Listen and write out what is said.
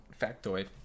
factoid